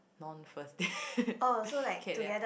non first date can ya